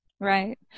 Right